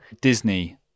Disney